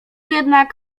jednak